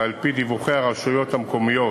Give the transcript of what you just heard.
ועל-פי דיווחי הרשויות המקומיות